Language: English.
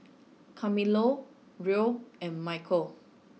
Carmelo Roe and Michale